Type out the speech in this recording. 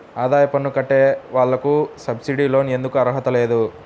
ఆదాయ పన్ను కట్టే వాళ్లకు సబ్సిడీ లోన్ ఎందుకు అర్హత లేదు?